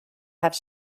have